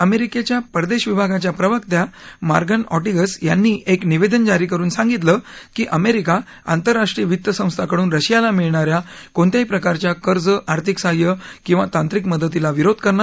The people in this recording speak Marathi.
अमेरिकेच्या परदेश विभागाच्या प्रवक्ता मॉर्गन ऑटीगस यांनी एक निवदेन जारी करून सांगितलं की अमेरिका आंतरराष्ट्रीय वित्त संस्थाकडून रशियाला मिळणा या कोणत्याही प्रकारच्या कर्ज आर्थिक सहाय्य किंवा तांत्रिक मदतीचा विरोध करणार